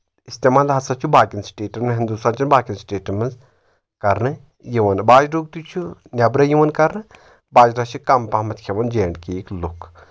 اِستعمال ہسا چھُ باقین سٹیٹن ہندوستان چؠن باقین سٹیٹن منٛز کرنہٕ یِوان باجروہُک تہِ چھُ نؠبرٕ یِوان کرنہٕ باجرا چھِ کم پہمتھ کھیٚوان جے اینڈ کے یِکۍ لُکھ